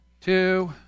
two